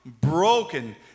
broken